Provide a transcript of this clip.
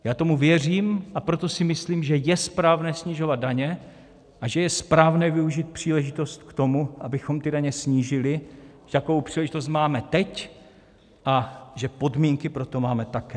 Já tomu věřím, a proto si myslím, že je správné snižovat daně a že je správné využít příležitost k tomu, abychom ty daně snížili, takovou příležitost máme teď, a že podmínky pro to máme také.